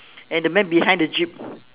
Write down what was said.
and the man behind the jeep